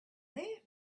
there